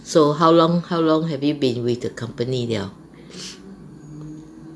so how long how long have you been with the company liao